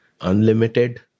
unlimited